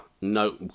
No